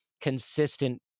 consistent